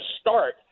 start